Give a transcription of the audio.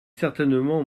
certainement